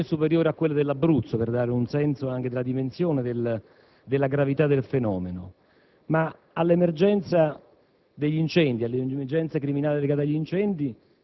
di superficie boscata: un'estensione superiore a quella dell'Abruzzo, per dare un senso anche della dimensione della gravità del fenomeno. Ma all'emergenza